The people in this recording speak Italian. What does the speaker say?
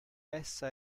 essa